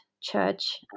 church